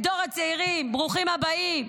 את דור הצעירים: ברוכים הבאים.